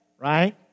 right